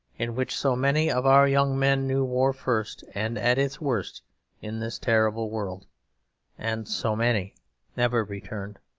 in which so many of our young men knew war first and at its worst in this terrible world and so many never returned.